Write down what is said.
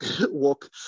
walk